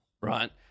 right